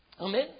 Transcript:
Amen